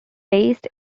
based